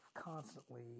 constantly